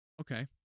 Okay